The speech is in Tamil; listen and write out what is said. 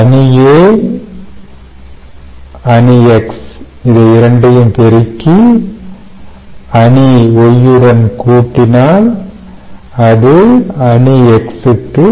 அணி A x அணி X ＋ அணி Y ＝ அணி X